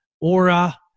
aura